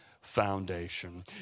foundation